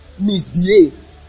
misbehave